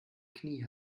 knie